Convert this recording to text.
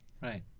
Right